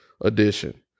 edition